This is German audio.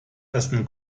essen